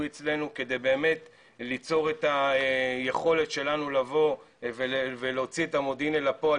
אצלנו כדי ליצור את היכולת שלנו לבוא ולהוציא את המודיעין אל הפועל,